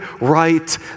right